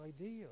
idea